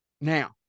Now